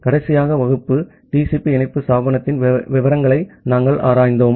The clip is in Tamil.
ஆகவே கடைசி வகுப்பில் TCP இணைப்பு ஸ்தாபனத்தின் விவரங்களை நாம் ஆராய்ந்தோம்